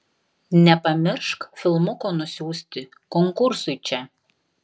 nepamiršk filmuko nusiųsti konkursui čia